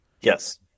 Yes